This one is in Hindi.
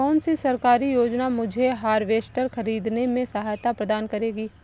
कौन सी सरकारी योजना मुझे हार्वेस्टर ख़रीदने में सहायता प्रदान करेगी?